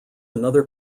another